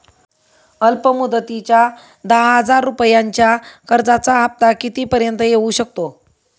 अल्प मुदतीच्या दहा हजार रुपयांच्या कर्जाचा हफ्ता किती पर्यंत येवू शकतो?